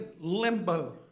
limbo